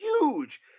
huge